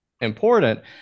important